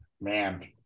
man